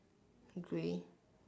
grey